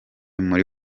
muri